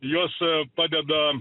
jos padeda